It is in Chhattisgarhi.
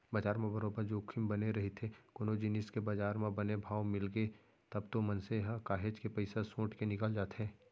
बजार म बरोबर जोखिम बने रहिथे कोनो जिनिस के बजार म बने भाव मिलगे तब तो मनसे ह काहेच के पइसा सोट के निकल जाथे